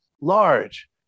large